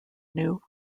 new